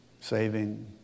saving